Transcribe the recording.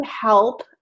help